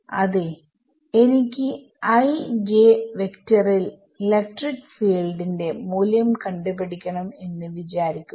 അതെ എനിക്ക് i j വെക്ടറിൽ ൽ ഇലക്ട്രിക് ഫീൽഡ് ന്റെ മൂല്യം കണ്ട് പിടിക്കണം എന്ന് വിചാരിക്കുക